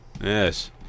Yes